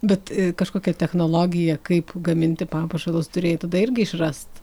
bet kažkokią technologiją kaip gaminti papuošalus turėjai tada irgi išrast